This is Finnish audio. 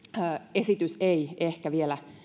esitys ei ehkä vielä